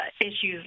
issues